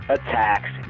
Attacks